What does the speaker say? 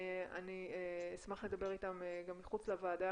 אני אשמח לדבר איתם גם מחוץ לוועדה,